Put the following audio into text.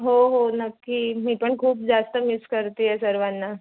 हो हो नक्की मी पण खूप जास्त मिस करते आहे सर्वांना